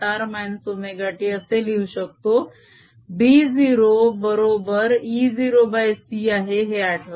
r ωt असे लिहू शकतो b 0 बरोबर e0c आहे हे आठवा